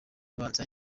abanza